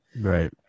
right